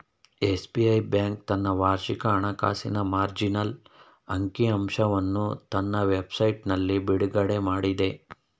SBI bank ತನ್ನ ವಾರ್ಷಿಕ ಹಣಕಾಸಿನ ಮಾರ್ಜಿನಲ್ ಅಂಕಿ ಅಂಶವನ್ನು ತನ್ನ ವೆಬ್ ಸೈಟ್ನಲ್ಲಿ ಬಿಡುಗಡೆಮಾಡಿದೆ